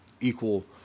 equal